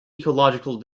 ecological